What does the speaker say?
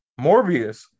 Morbius